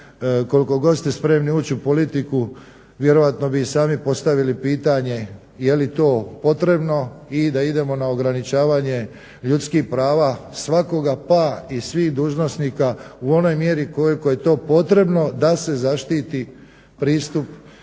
koliko god ste spremni ući u politiku vjerojatno bi i sami postavili pitanje jeli to potrebno i da idemo na ograničavanje ljudskih prava svakoga pa i svih dužnosnika u onoj mjeri koliko je to potrebno da se zaštiti pristup